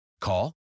Call